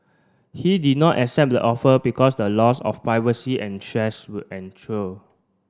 he did not accept the offer because the loss of privacy and stress would